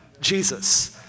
Jesus